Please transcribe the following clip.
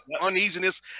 uneasiness